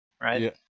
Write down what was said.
right